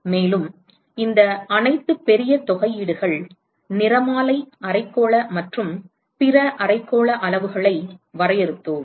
மேலும் இந்த அனைத்து பெரிய தொகையீடுகள் நிறமாலை அரைக்கோள மற்றும் பிற அரைக்கோள அளவுகளை வரையறுத்தோம்